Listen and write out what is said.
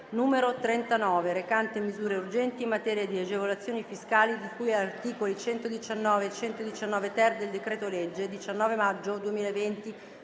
n. 39, recante misure urgenti in materia di agevolazioni fiscali di cui agli articoli 119 e 119-*ter* del decreto-legge 19 maggio 2020,